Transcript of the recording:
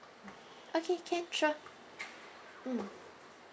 okay can sure mm